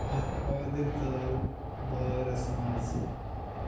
اکھ پادٕرۍ ژاو بارس منز